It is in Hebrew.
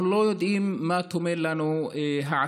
אנחנו לא יודעים מה טומן לנו העתיד.